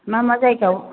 मा मा जायगायाव